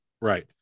right